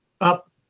up